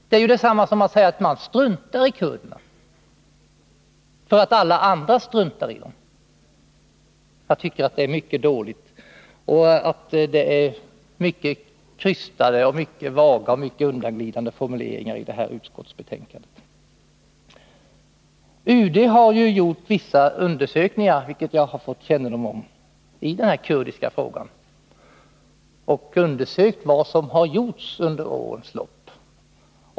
Det är ju detsamma som att säga att man struntar i kurderna därför att alla andra struntar i dem. Jag tycker att detta är mycket dåligt och att det är mycket krystade, vaga och undanglidande formuleringar i utskottsbetänkandet. UD har gjort vissa undersökningar — vilka jag har fått kännedom om—-i den kurdiska frågan. Man har undersökt vad som gjorts under årens lopp.